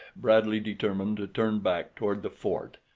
bradley determined to turn back toward the fort,